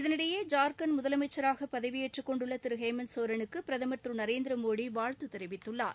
இதனினடயே ஜார்கண்ட் முதலமைச்சராக பதவியேற்றுக்கொண்டுள்ள திரு ஹேமந்த் சோரனுக்கு பிரதமர் திரு நரேந்திரமோடி வாழ்த்து தெரிவித்துள்ளார்